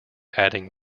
adding